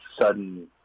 sudden